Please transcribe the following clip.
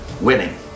winning